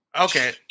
Okay